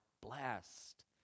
blessed